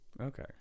okay